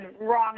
wrong